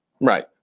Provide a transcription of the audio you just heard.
Right